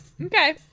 Okay